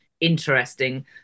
interesting